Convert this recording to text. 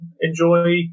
enjoy